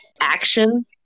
action